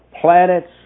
planets